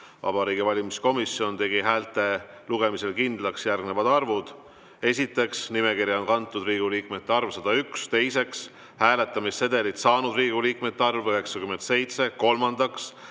Vabariigi Valimiskomisjon tegi häälte lugemisel kindlaks järgnevad arvud. Esiteks, nimekirja kantud Riigikogu liikmete arv – 101. Teiseks, hääletamissedeli saanud Riigikogu liikmete arv – 97. Kolmandaks,